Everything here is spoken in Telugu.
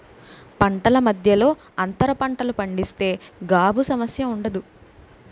పంటల మధ్యలో అంతర పంటలు పండిస్తే గాబు సమస్య ఉండదు